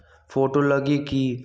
Photo लगी कि?